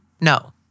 No